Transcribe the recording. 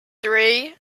three